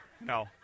no